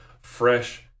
fresh